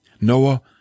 Noah